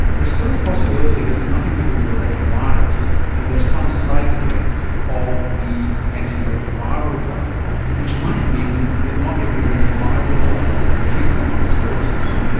there's still the possibility that it is nothing to do with the retrovirus and there's some side effect of the antiretroviral drug which might mean that not every retroviral drug could treat multiple sclerosis.